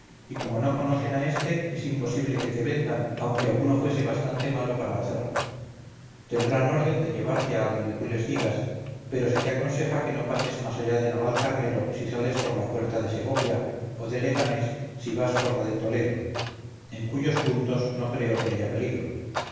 y como no conocen a este es imposible que te vendan aunque alguno fuese bastante malo para hacerlo tendrán orden de llevarte a donde tú les digas pero se te aconseja que no pases más allá de navalcarnero si sales por la puerta de segovia o de leganés si vas por la de toledo en cuyos puntos no creo que haya peligro